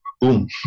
boom